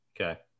Okay